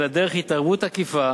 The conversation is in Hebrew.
אלא דרך התערבות עקיפה